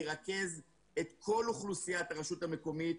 שירכז את כול אוכלוסיית הרשות המקומית,